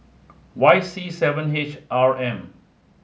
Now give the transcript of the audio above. Y C seven H R M